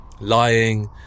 lying